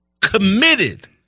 committed